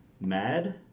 MAD